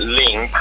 link